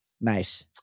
Nice